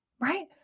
Right